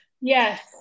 Yes